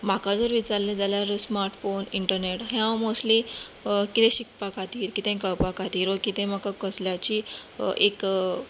म्हाका जर विचारलें जाल्यार स्मार्ट फोन इंटरनेट हें हांव मोस्टली कितें शिकपा खातीर कितेंय कळपा खातीर ओ कितेय म्हाका कसल्याचीय एक